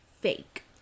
fake